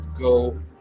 go